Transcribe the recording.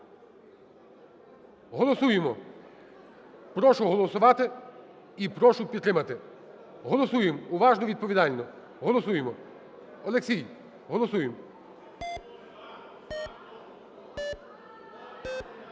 голосуємо. Прошу голосувати і прошу підтримати. Голосуємо уважно і відповідально. Голосуємо! Олексій, голосуємо!